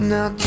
Now